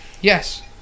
Yes